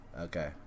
Okay